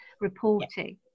reporting